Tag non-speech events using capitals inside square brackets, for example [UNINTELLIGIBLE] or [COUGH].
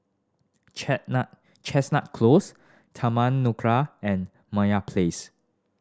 [UNINTELLIGIBLE] Chestnut Close Taman Nakhola and Meyer Place